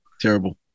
terrible